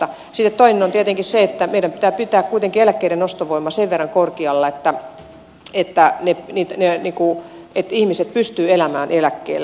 sitten toinen on tietenkin se että meidän pitää pitää kuitenkin eläkkeiden ostovoima sen verran korkealla että ihmiset pystyvät elämään eläkkeellä